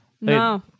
No